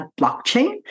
blockchain